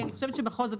כי בכל זאת,